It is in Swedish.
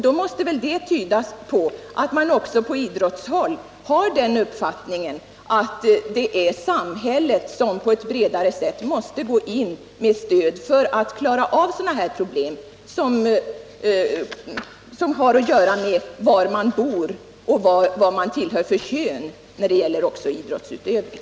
Det måste väl också tyda på att man även inom idrotten har den uppfattningen att det är samhället som skall gå in på ett bredare sätt med stöd för att klara av problem som har att göra med bostadsort och könstillhörighet när det gäller idrottsutövning.